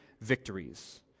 victories